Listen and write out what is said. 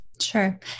Sure